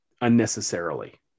unnecessarily